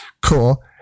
cool